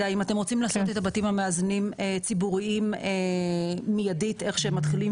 אם אתם רוצים לעשות את הבתים המאזנים מיידית איך שהם מתחילים